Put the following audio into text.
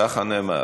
ככה נאמר.